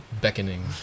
Beckoning